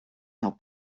help